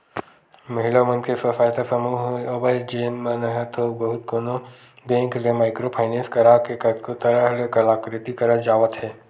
महिला मन के स्व सहायता समूह हवय जेन मन ह थोक बहुत कोनो बेंक ले माइक्रो फायनेंस करा के कतको तरह ले कलाकृति करत जावत हे